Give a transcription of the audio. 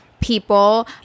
people